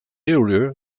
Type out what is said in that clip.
earlier